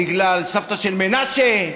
בגלל סבתא של מנשה?